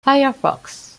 firefox